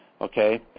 Okay